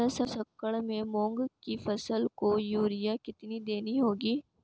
दस एकड़ में मूंग की फसल को यूरिया कितनी देनी होगी?